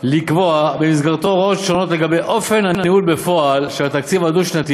לקבוע במסגרתו הוראות שונות לגבי אופן הניהול בפועל של התקציב הדו-שנתי